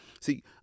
See